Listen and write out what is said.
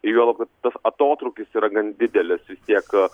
juolab kad tas atotrūkis yra gan didelis vis tiek